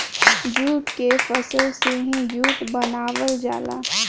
jute के फसल से ही जूट बनावल जाला